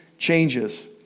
Changes